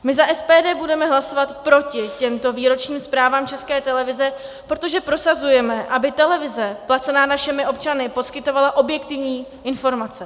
My za SPD budeme hlasovat proti těmto výročním zprávám České televize, protože prosazujeme, aby televize placená našimi občany poskytovala objektivní informace.